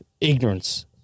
ignorance